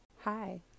Hi